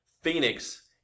Phoenix